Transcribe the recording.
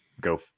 go